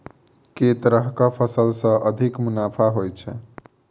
केँ तरहक फसल सऽ अधिक मुनाफा होइ छै?